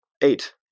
Eight